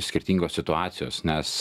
skirtingos situacijos nes